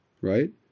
Right